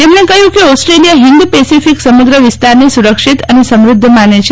તેમણે કહ્યું કે ઓસ્ટ્રેલિયા હિન્દ પેસેફિક સમુદ્ર વિસ્તારને સુરક્ષિત અને સમૃદ્ધ માને છે